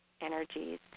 energies